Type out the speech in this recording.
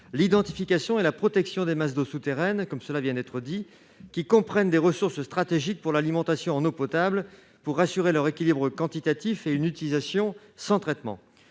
l'identification et la protection des masses d'eau souterraines qui comprennent des ressources stratégiques pour l'alimentation en eau potable, pour assurer leur équilibre quantitatif et une utilisation sans traitement.